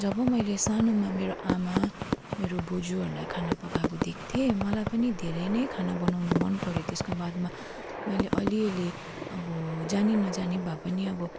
जब मैले सानोमा मेरो आमा मेरो बोजूहरूलाई खाना पकाएको देख्थेँ मलाई पनि धेरै नै खाना बनाउनु मनपऱ्यो त्यसको बादमा मैले अलिअलि अब जानी नजानी भए पनि अब